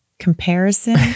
comparison